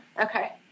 Okay